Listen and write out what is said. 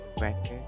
Record